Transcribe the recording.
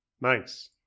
Nice